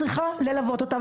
צריכה ללוות אותה,